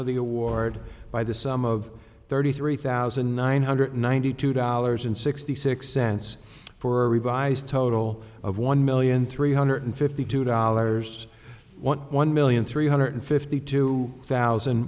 of the award by the sum of thirty three thousand nine hundred ninety two dollars and sixty six cents for a revised total of one million three hundred fifty two dollars one one million three hundred fifty two thousand